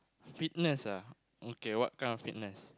fitness ah okay what kind of fitness